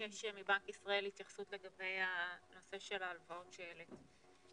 נבקש מבנק ישראל התייחסות לגבי הנושא של ההלוואות שהעלית.